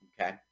okay